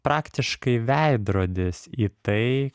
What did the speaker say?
praktiškai veidrodis į tai